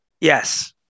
Yes